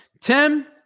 Tim